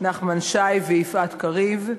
נחמן שי ויפעת קריב.